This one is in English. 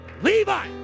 Levi